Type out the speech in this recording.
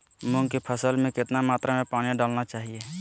मूंग की फसल में कितना मात्रा में पानी डालना चाहिए?